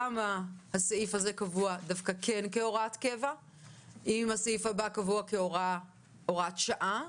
למה הסעיף הזה קבוע כהוראת קבע אם הסעיף הבא קבוע כהוראת שעה?